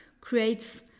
creates